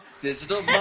digital